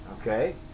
okay